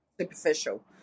superficial